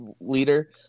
leader